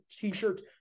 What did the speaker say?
T-shirts